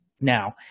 Now